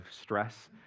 stress